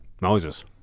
Moses